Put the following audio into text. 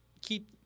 keep